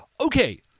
Okay